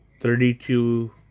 thirty-two